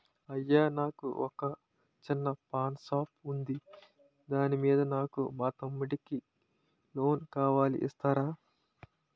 అయ్యా నాకు వొక చిన్న పాన్ షాప్ ఉంది దాని మీద నాకు మా తమ్ముడి కి లోన్ కావాలి ఇస్తారా?